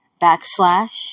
backslash